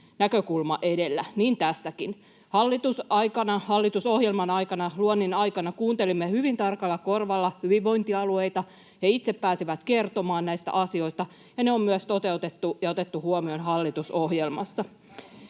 näkökulma edellä, niin tässäkin. Hallitusohjelman luonnin aikana kuuntelimme hyvin tarkalla korvalla hyvinvointialueita. He itse pääsivät kertomaan näistä asioista, ja ne on myös toteutettu ja otettu huomioon hallitusohjelmassa.